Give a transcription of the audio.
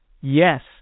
Yes